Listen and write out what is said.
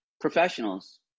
professionals